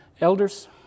elders